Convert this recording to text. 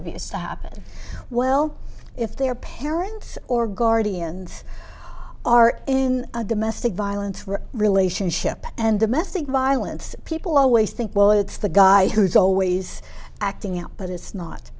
abuse happens well if their parents or guardians are in a domestic violence relationship and domestic violence people always think well it's the guy who's always acting out but it's not